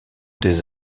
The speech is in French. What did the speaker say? des